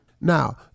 Now